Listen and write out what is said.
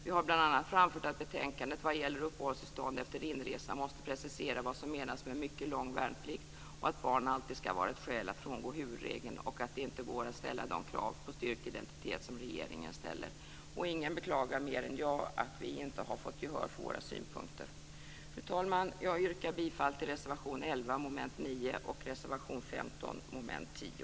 Vi har bl.a. framfört att betänkandet, vad gäller uppehållstillstånd efter inresa, måste precisera vad som menas med mycket lång värnplikt och att barn alltid ska vara ett skäl att frångå huvudregeln och att det inte går att ställa de krav på styrkt identitet som regeringen ställer. Ingen beklagar mer än jag att vi inte har fått gehör för våra synpunkter. Fru talman! Jag yrkar bifall till reservation 11 under mom. 9 och reservation 15 under mom. 10.